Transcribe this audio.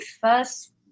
first